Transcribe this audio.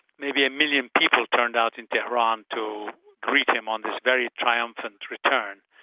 maybe a million people turned out in teheran to greet him on this very triumphant return.